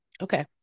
okay